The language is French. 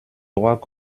droit